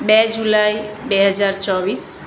બે જુલાઈ બે હજાર ચોવીસ